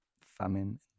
famine